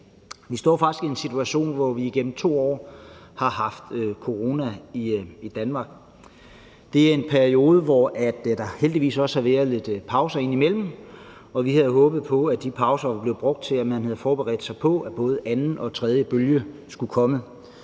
Vi står faktisk i en situation, hvor vi igennem 2 år har haft corona i Danmark, og det er en periode, hvor der heldigvis også har været lidt pauser indimellem, og vi havde jo håbet på, at de pauser var blevet brugt til, at man havde forberedt sig på, at både anden og tredje bølge skulle komme.